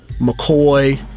McCoy